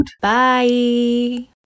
bye